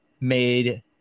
made